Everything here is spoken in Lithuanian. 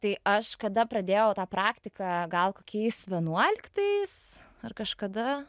tai aš kada pradėjau tą praktiką gal kokiais vienuoliktais ar kažkada